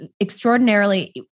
extraordinarily